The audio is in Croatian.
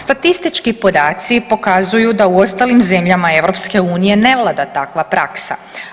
Statistički podaci pokazuju da u ostalim zemljama EU ne vlada takva praksa.